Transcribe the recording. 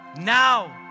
Now